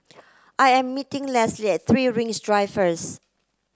I am meeting Lesly at Three Rings Drive first